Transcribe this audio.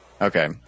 Okay